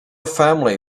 family